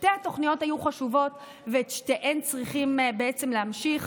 שתי התוכניות היו חשובות ואת שתיהן צריכים להמשיך.